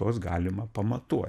tuos galima pamatuoti